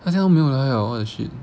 她现在没有来 liao what the shit